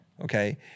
okay